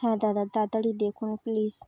হ্যাঁ দাদা তাড়াতাড়ি দেখুন প্লিস